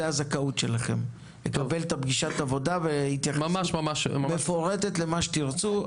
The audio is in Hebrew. זו הזכאות שלכם לקבל את פגישת העבודה והתייחסות מפורטת למה שתרצו.